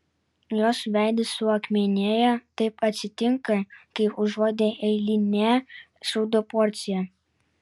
jos veidas suakmenėja taip atsitinka kai užuodi eilinę šūdo porciją